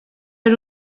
per